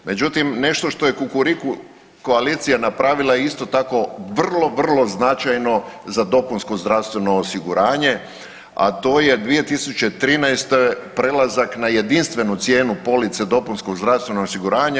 Međutim, nešto štO je Kukuriku koalicija napravila je isto tako vrlo, vrlo značajno za dopunsko zdravstveno osiguranje, a to je 2013. prelazak na jedinstvenu cijenu police dopunskog zdravstvenog osiguranja.